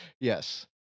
Yes